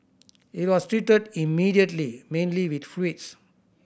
it was treated immediately mainly with fluids